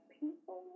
people